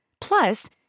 Plus